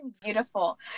beautiful